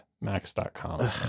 Max.com